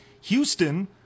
Houston